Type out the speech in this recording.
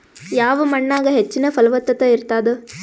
ಯಾವ ಮಣ್ಣಾಗ ಹೆಚ್ಚಿನ ಫಲವತ್ತತ ಇರತ್ತಾದ?